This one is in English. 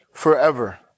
forever